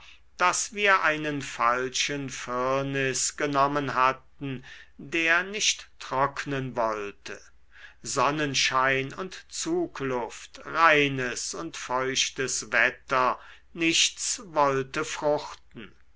daß wir einen falschen firnis genommen hatten der nicht trocknen wollte sonnenschein und zugluft reines und feuchtes wetter nichts wollte fruchten